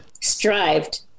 Strived